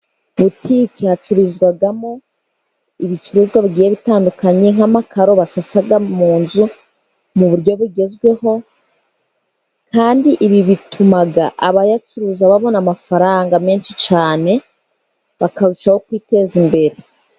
Butike hacururizwamo ibicuruzwa bigiye bitandukanye nk'amakaro basasa mu nzu mu buryo bugezweho kandi ibi bituma abayacuruza babona amafaranga menshi cyane bakarushaho kwiteza imbere.